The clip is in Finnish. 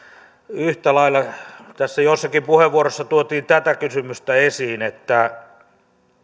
yhtä lailla pitäisi tässä jossakin puheenvuorossa tuotiin tätä kysymystä esiin että